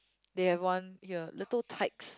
they have one here little tights